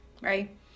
right